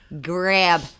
Grab